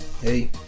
Hey